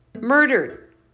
Murdered